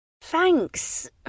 thanks